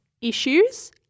issues